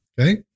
okay